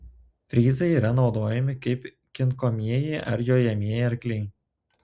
fryzai yra naudojami kaip kinkomieji ar jojamieji arkliai